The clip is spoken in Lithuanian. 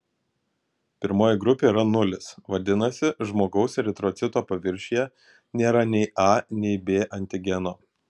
pirmoji grupė yra nulis vadinasi žmogaus eritrocito paviršiuje nėra nei a nei b antigeno